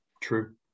True